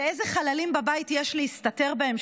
ואיזה חללים בבית יש להסתתר בהם,